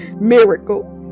Miracle